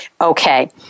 Okay